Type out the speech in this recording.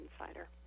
insider